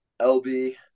LB